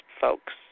folks